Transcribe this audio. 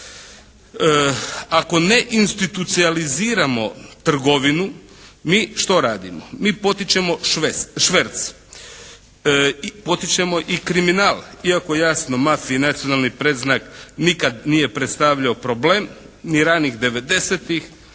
Ako ne institucializiramo trgovinu mi što radimo? Mi potičemo šverc, potičemo i kriminal. Iako jasno mafiji nacionalni predznak nikad nije predstavljao problem ni ranih